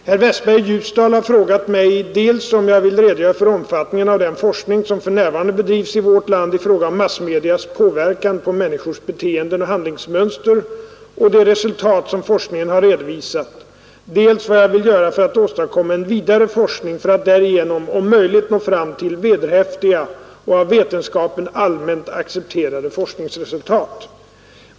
Herr talman! Herr Westberg i Ljusdal har frågat mig dels om jag vill redogöra för omfattningen av den forskning som för närvarande bedrivs i vårt land i fråga om massmedias påverkan på människors beteenden och handlingsmönster och de resultat som forskningen har redovisat, dels vad jag vill göra för att åstadkomma en vidare forskning för att därigenom om möjligt nå fram till ”vederhäftiga och av vetenskapen allmänt accepterade forskningsresultat”.